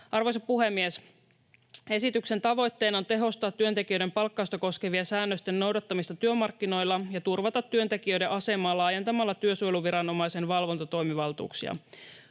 Arvoisa puhemies! Esityksen tavoitteena on tehostaa työntekijöiden palkkausta koskevien säännösten noudattamista työmarkkinoilla ja turvata työntekijöiden asemaa laajentamalla työsuojeluviranomaisen valvontatoimivaltuuksia.